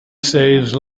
saves